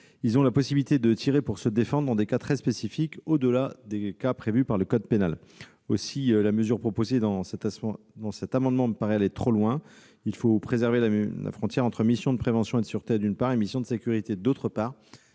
Ils ont la possibilité de tirer pour se défendre, dans des cas très spécifiques, au-delà des cas prévus par le code pénal. Aussi, la mesure que vous proposez me paraît aller trop loin : il faut préserver la frontière entre missions de prévention et de sûreté, d'une part, et missions de sécurité, d'autre part.